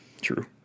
True